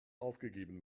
aufgegeben